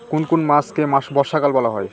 কোন কোন মাসকে বর্ষাকাল বলা হয়?